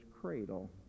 cradle